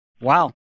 Wow